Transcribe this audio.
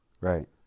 Right